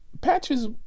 Patches